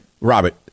Robert